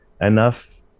enough